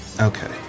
Okay